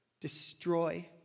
destroy